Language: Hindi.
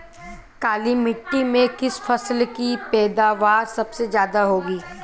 काली मिट्टी में किस फसल की पैदावार सबसे ज्यादा होगी?